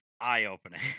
eye-opening